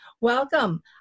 welcome